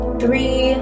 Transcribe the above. three